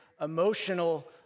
emotional